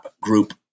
group